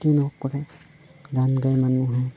কৰে গান গাই মানুহে